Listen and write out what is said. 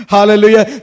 Hallelujah